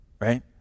right